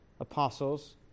apostles